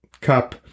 cup